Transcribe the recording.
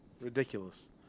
ridiculous